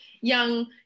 young